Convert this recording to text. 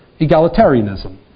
egalitarianism